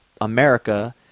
America